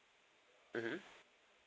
mmhmm